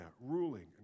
ruling